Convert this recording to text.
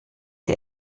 der